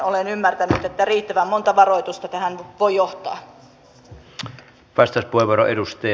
olen ymmärtänyt että riittävän monta varoitusta tähän voi johtaa